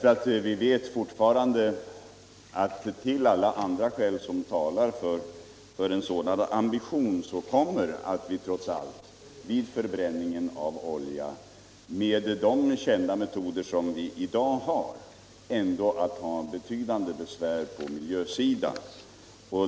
Vi vet fortfarande att det till alla andra skäl som talar för en sådan ambition kommer, att vi vid förbränning av olja med de i dag kända metoderna har betydande besvär på miljösidan.